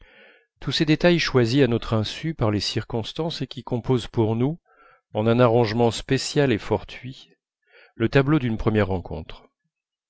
tous ces détails choisis à notre insu par les circonstances et qui composent pour nous en un arrangement spécial et fortuit le tableau d'une première rencontre